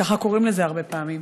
ככה קוראים לזה הרבה פעמים.